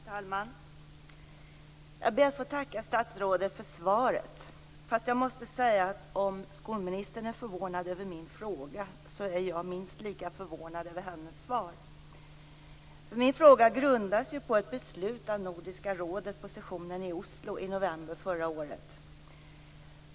Fru talman! Jag ber att få tacka statsrådet för svaret. Men jag måste säga att om skolministern är förvånad över min fråga är jag minst lika förvånad över hennes svar. Min fråga grundar sig på ett beslut fattat av Nordiska rådet på sessionen i Oslo i november förra året.